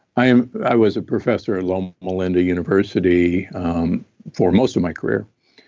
i um i was a professor at loma linda university for most of my career.